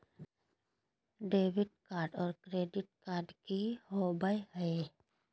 Debit card और credit card की होवे हय?